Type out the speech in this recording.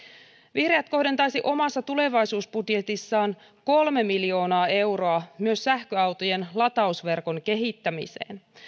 vihreät kohdentaisi omassa tulevaisuusbudjetissaan kolme miljoonaa euroa myös sähköautojen latausverkon kehittämiseen